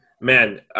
Man